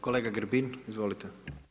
Kolega Grbin, izvolite.